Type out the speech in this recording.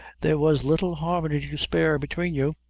there was little harmony to spare between you.